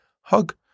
Hug